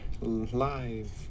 Live